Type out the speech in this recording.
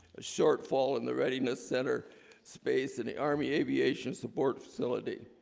a shortfall in the readiness center space and the army aviation support facility